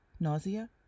nausea